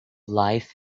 life